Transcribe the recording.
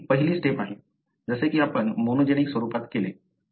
ही पहिली स्टेप आहे जसे की आपण मोनोजेनिक स्वरूपात केले